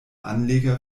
anleger